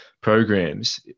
programs